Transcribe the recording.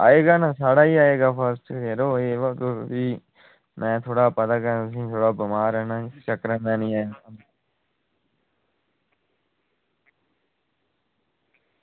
आयेगा यरो साढ़ा आयेगा फर्स्ट यरो एह् मेरा तुसेंगी पता गै अं'ऊ थोह्ड़ा बमार ऐ ना